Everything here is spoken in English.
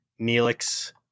Neelix